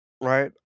right